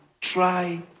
try